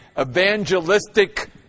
evangelistic